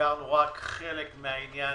סגרנו רק חלק מן העניין.